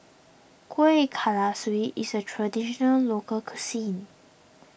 Kuih Kalaswi is a Traditional Local Cuisine